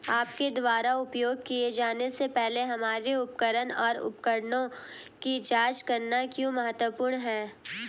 आपके द्वारा उपयोग किए जाने से पहले हमारे उपकरण और उपकरणों की जांच करना क्यों महत्वपूर्ण है?